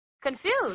Confused